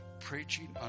preaching